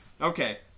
Okay